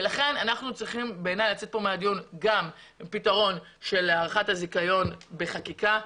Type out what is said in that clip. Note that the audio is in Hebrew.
לכן בעיניי אנחנו צריכים לצאת מהדיון עם פתרון של הארכת הזיכיון בחקיקה,